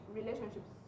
relationships